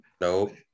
Nope